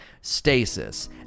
stasis